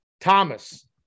thomas